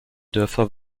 dörfer